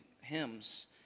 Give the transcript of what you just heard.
hymns